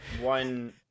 one